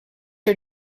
are